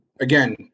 again